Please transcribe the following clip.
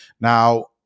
Now